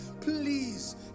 please